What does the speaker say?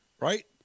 Right